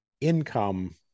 income